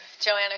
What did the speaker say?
Joanna